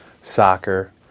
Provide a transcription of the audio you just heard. soccer